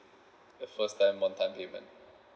the first time one time payment